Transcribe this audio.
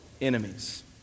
Enemies